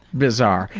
bizarre.